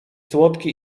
słodki